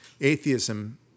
atheism